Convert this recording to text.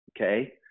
Okay